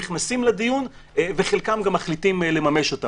נכנסים לדיון ואת חלקם גם מחליטים לממש.